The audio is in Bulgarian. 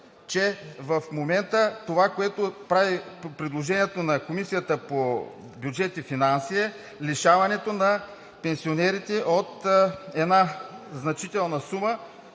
че в момента това, което прави предложението на Комисията по бюджет и финанси, е лишаването на пенсионерите от една значителна сума,